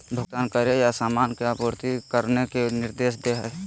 भुगतान करे या सामान की आपूर्ति करने के निर्देश दे हइ